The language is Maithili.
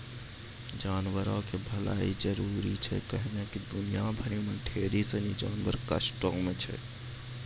जानवरो के भलाइ जरुरी छै कैहने कि दुनिया भरि मे ढेरी सिनी जानवर कष्टो मे छै